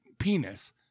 penis